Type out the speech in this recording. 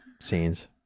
scenes